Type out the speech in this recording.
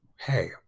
hey